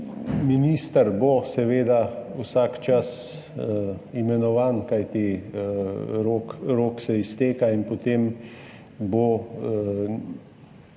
Minister bo seveda vsak čas imenovan, kajti rok se izteka, in potem bo on